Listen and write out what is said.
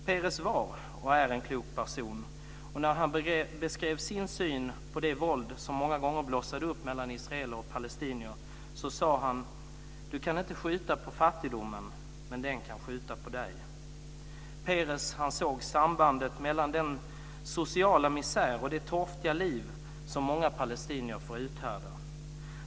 Peres var och är en klok person, och när han beskrev sin syn på det våld som många gånger blossade upp mellan israeler och palestinier sade han: "Du kan inte skjuta på fattigdomen, men den kan skjuta på dig." Peres såg sambandet mellan den sociala misär och det torftiga liv som många palestinier får uthärda.